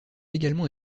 également